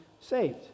saved